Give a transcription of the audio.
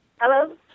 Hello